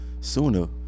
sooner